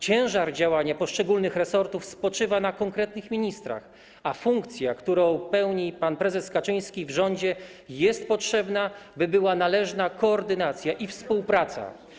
Ciężar działania poszczególnych resortów spoczywa na konkretnych ministrach, a funkcja, którą pełni pan prezes Kaczyński w rządzie, jest potrzebna, by była należna koordynacja i współpraca.